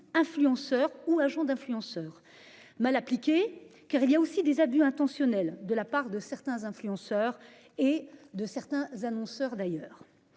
influenceur ou agent d'influenceur. Mal appliquée car il y a aussi des abus intentionnel de la part de certains influenceurs et de certains annonceurs, d'ailleurs